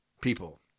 people